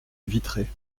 vitrée